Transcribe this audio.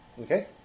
Okay